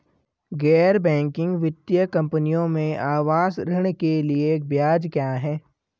गैर बैंकिंग वित्तीय कंपनियों में आवास ऋण के लिए ब्याज क्या है?